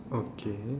okay